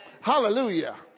Hallelujah